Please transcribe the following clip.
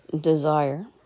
Desire